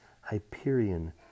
Hyperion